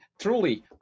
truly